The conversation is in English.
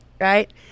right